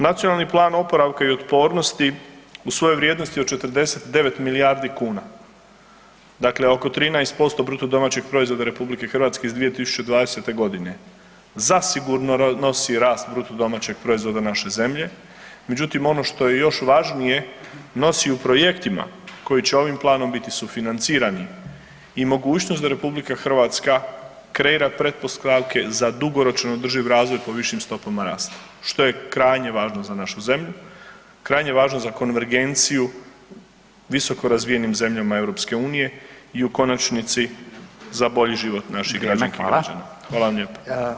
Nacionalni plan oporavka i otpornosti u svojoj vrijednosti od 49 milijardi kuna, dakle oko 13% BDP-a RH iz 2020.g. zasigurno nosi rast BDP-a naše zemlje, međutim ono što je još važnije nosi u projektima koji će ovim planom biti sufinancirani i mogućnost da RH kreira pretpostavke za dugoročno održiv razvoj po višim stopama rasta, što je krajnje važno za našu zemlju, krajnje važno za konvergenciju visokorazvijenim zemljama EU i u konačnici za bolji život naših građana [[Upadica Radin: Vrijeme, hvala.]] Hvala vam lijepa.